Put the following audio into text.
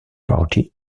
party